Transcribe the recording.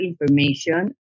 information